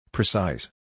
Precise